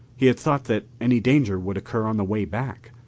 he had thought that any danger would occur on the way back,